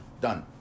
done